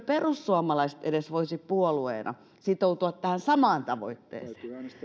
perussuomalaiset edes voisi puolueena sitoutua tähän samaan tavoitteeseen